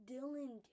Dylan